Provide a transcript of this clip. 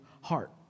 heart